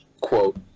quote